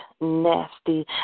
nasty